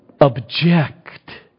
object